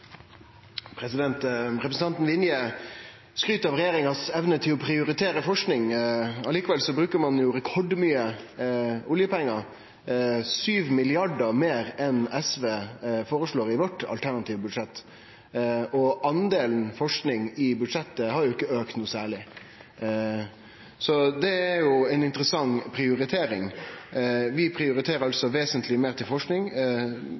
Representanten Vinje skryter av regjeringas evne til å prioritere forsking. Likevel bruker ein rekordmykje oljepengar – 7 mrd. kr meir enn vi i SV føreslår i vårt alternative budsjett. Delen som går til forsking i budsjettet har ikkje auka noko særleg, så det er ei interessant prioritering. Vi prioriterer altså vesentleg meir til forsking,